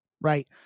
right